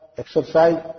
exercise